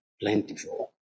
plentiful